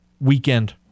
weekend